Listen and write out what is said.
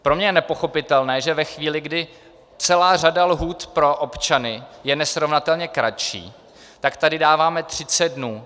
Pro mě je nepochopitelné, že ve chvíli, kdy celá řada lhůt pro občany je nesrovnatelně kratší, tak tady dáváme třicet dnů.